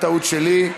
סליחה, טעות שלי.